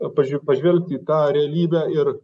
pažiū pažvelgti tą realybę ir